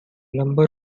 number